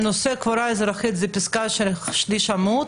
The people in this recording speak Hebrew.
נושא הקבורה האזרחית מופיע בפסקה בשליש עמוד,